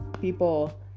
people